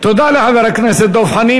תודה לחבר הכנסת דב חנין.